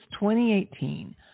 2018